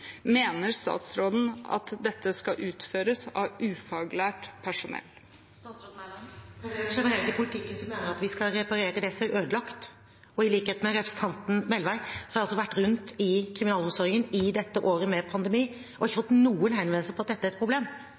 skal utføres av ufaglært personell? Generelt i politikken mener jeg at vi skal reparere det som er ødelagt. I likhet med representanten Melvær har jeg vært rundt i kriminalomsorgen i dette året med pandemi, og har ikke fått noen henvendelser om at dette er et problem.